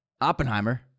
Oppenheimer